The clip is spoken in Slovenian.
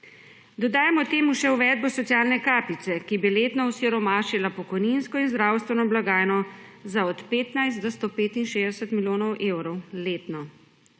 Dodajmo temu še uvedbo socialne kapice, ki bi letno osiromašila pokojninsko in zdravstveno blagajno za od 15 do 165 milijonov evrov letno.